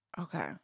okay